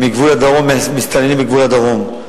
עם המסתננים מגבול הדרום.